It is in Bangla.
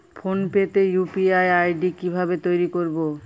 ফোন পে তে ইউ.পি.আই আই.ডি কি ভাবে তৈরি করবো?